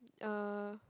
uh